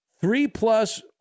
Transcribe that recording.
Three-plus